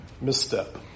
misstep